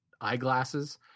eyeglasses